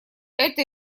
это